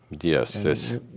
Yes